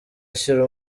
ashyira